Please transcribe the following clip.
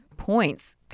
Points